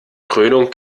krönung